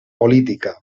política